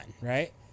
right